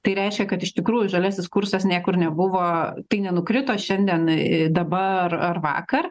tai reiškia kad iš tikrųjų žaliasis kursas niekur nebuvo tai nenukrito šiandien į dabar ar vakar